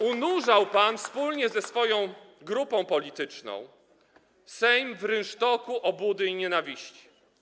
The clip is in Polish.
Unurzał pan wspólnie ze swoją grupą polityczną Sejm w rynsztoku obłudy i nienawiści.